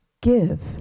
give